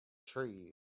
trees